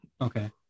Okay